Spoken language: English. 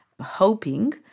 hoping